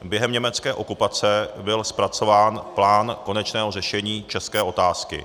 Během německé okupace byl zpracován plán konečného řešení české otázky.